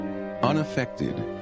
unaffected